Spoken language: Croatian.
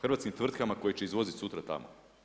Hrvatskim tvrtkama koje će izvozit sutra tamo.